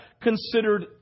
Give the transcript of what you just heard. considered